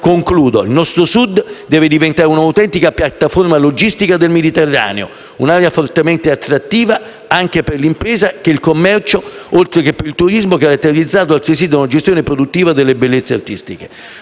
Concludo: il nostro Sud deve diventare un'autentica piattaforma logistica per il Mediterraneo; un'area fortemente attrattiva anche per l'impresa e per il commercio oltre che per il turismo, caratterizzato altresì da una gestione produttiva delle bellezze artistiche.